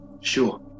Sure